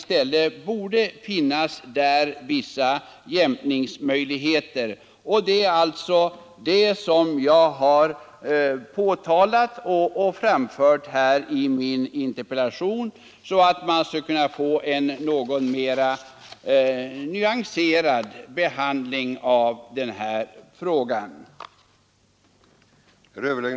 Det borde finnas vissa jämkningsmöjligheter i detta avseende, såsom jag har anfört i min interpellation, som skulle medge en något mera nyanserad behandling av dessa ärenden.